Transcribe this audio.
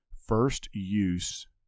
first-use